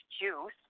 juice